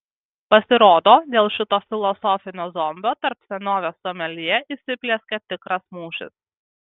pasirodo dėl šito filosofinio zombio tarp senovės someljė įsiplieskė tikras mūšis